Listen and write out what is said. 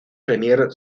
premier